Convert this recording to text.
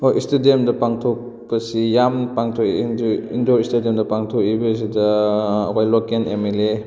ꯍꯣꯏ ꯏꯁꯇꯦꯗꯤꯌꯝꯗ ꯄꯥꯡꯊꯣꯛꯄꯁꯤ ꯌꯥꯝ ꯄꯥꯡꯊꯣꯛꯏ ꯏꯟꯗꯣꯔ ꯏꯁꯇꯦꯗꯤꯌꯝꯗ ꯄꯥꯡꯊꯣꯛꯂꯤꯕꯁꯤꯗ ꯑꯩꯈꯣꯏ ꯂꯣꯀꯦꯜ ꯑꯦꯝ ꯑꯦꯜ ꯑꯦ